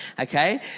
Okay